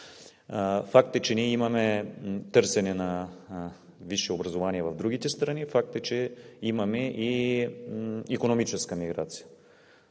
Факт е, че ние имаме търсене на висше образование в другите страни, факт е, че имаме и икономическа миграция.